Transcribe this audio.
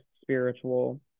spiritual